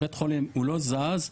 בית החולים לא זז,